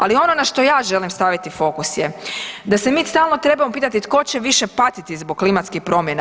Ali, ono na što ja želim staviti fokus je da se mi stalno trebamo pitati tko će više patiti zbog klimatskih promjena?